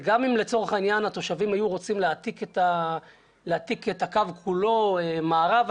גם אם לצורך העניין התושבים היו רוצים להעתיק את הקו כולו מערבה,